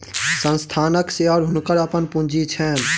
संस्थानक शेयर हुनकर अपन पूंजी छैन